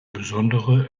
besondere